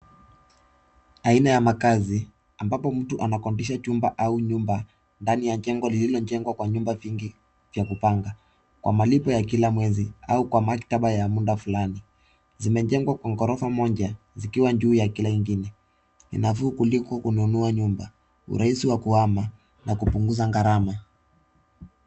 Aina ya makazi ambapo mtu anakodisha jumba au nyumba ndani ya jengo lililojengwa kwa nyumba vingi ya kupanga kwa malipo ya kila mwezi au kwa maktaba ya muda fulani zimejengwa kwa ghorofa moja zikiwa juu ya kila ingine. Ni nafuu kuliko kununua nyuma, urahisi wa kuhama na kupunguza gharama.